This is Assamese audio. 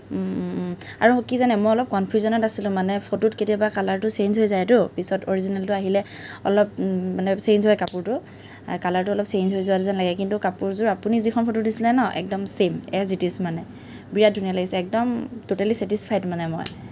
আৰু কি জানে মই অলপ কনফিউজনত আছিলোঁ মানে ফটোত কেতিয়াবা কালাৰটো চেঞ্জ হৈ যায়তো পিছত অৰজিনেলতো আহিলে অলপ মানে চেঞ্জ হৈ কাপোৰটো কালাৰটো অলপ চেঞ্জ হৈ যোৱা যেন লাগে কিন্ত কাপোৰযোৰ আপুনি যিখন ফটো দিছিলে ন একদম চেম এজ ইত ইজ মানে বিৰাট ধুনীয়া লাগিছে একদম টোটেলি চেটিছফাইড মানে মই